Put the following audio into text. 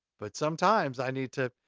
but sometimes, i need to,